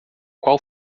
qual